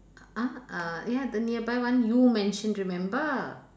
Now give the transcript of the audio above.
uh uh ya the nearby one you mention remember